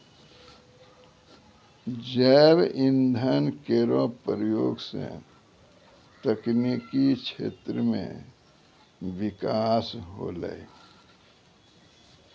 जैव इंधन केरो प्रयोग सँ तकनीकी क्षेत्र म बिकास होलै